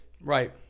Right